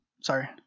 Sorry